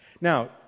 Now